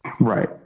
Right